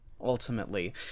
ultimately